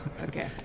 Okay